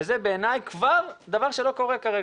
וזה בעיני כבר דבר שלא קורה כרגע,